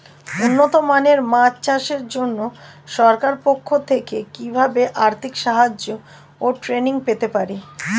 উন্নত মানের মাছ চাষের জন্য সরকার পক্ষ থেকে কিভাবে আর্থিক সাহায্য ও ট্রেনিং পেতে পারি?